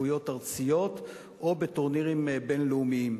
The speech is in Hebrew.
מה שקשור באליפויות ארציות או בטורנירים בין-לאומיים.